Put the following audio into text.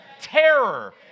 terror